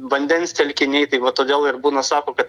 vandens telkiniai tai va todėl ir būna sako kad